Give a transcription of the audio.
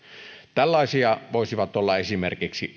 tällaisia voisivat olla esimerkiksi